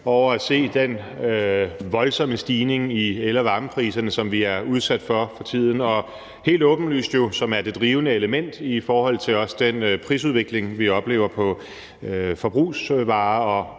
over at se den voldsomme stigning i el- og varmepriserne, som vi er udsat for for tiden, og som jo helt åbenlyst også er det drivende element i forhold til den prisudvikling, som vi oplever på forbrugsvarer